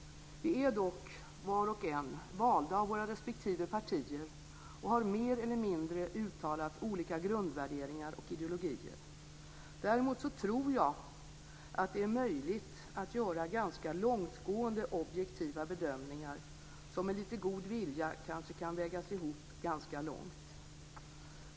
Vi är dock var och en valda av våra respektive partier och har mer eller mindre uttalat olika grundvärderingar och ideologier. Däremot tror jag att det är möjligt att göra ganska långtgående objektiva bedömningar som med lite god vilja kanske kan vägas ihop ganska långt.